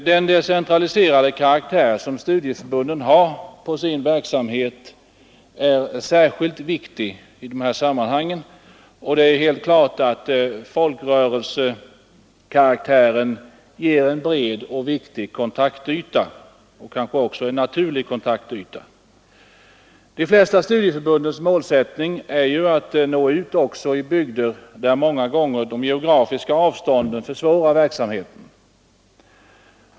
Den decentraliserade karaktär som studieförbundens verksamhet har är särskilt viktig i de här sammanhangen. Det är helt klart att folkrörelsekaraktären ger en bred och viktig — och också naturlig — kontaktyta. De flesta studieförbunds målsättning är ju att nå ut också i bygder där de geografiska avstånden många gånger kan försvåra verksamheten.